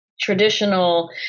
traditional